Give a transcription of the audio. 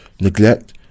neglect